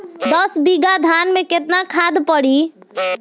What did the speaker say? दस बिघा धान मे केतना खाद परी?